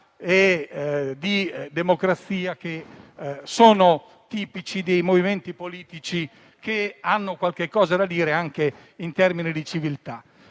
e di democrazia, che sono tipici dei movimenti politici che hanno qualcosa da dire anche in termini di civiltà.